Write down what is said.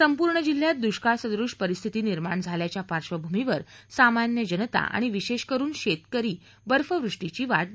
संपूर्ण जिल्ह्यात दुष्काळसदृश परिस्थिती निर्माण झाल्याच्या पार्बंभूमीवर सामान्य जनता आणि विशेष करून शेतकरी बर्फवृष्टीची वा बघत होते